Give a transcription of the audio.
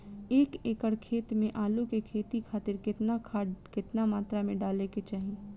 एक एकड़ खेत मे आलू के खेती खातिर केतना खाद केतना मात्रा मे डाले के चाही?